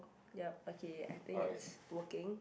yup okay I think it's working